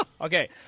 Okay